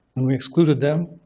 and we excluded them.